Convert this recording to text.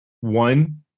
One